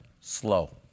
Slow